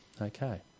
Okay